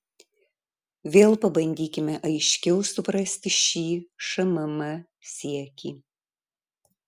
vėl pabandykime aiškiau suprasti šį šmm siekį